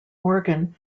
organ